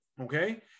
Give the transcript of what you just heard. Okay